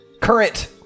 current